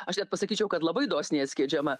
aš net pasakyčiau kad labai dosniai atskleidžiama